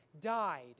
died